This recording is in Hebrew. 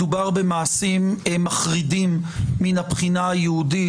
מדובר במעשים מחרידים מן הבחינה היהודית,